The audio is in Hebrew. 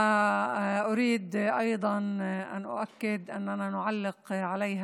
הגב' היקרה שירין נטור חאפי,